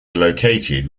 located